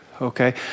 Okay